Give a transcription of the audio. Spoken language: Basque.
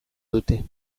dute